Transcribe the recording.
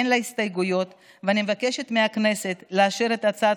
אין לה הסתייגויות ואני מבקשת מהכנסת לאשר את הצעת